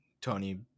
Tony